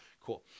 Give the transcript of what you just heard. Cool